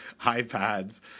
iPads